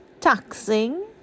taxing